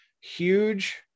huge